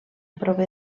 prové